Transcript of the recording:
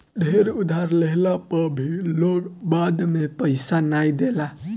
ढेर उधार लेहला पअ भी लोग बाद में पईसा नाइ देला